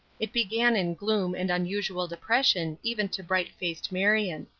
it began in gloom and unusual depression even to bright-faced marion.